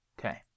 Okay